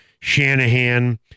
Shanahan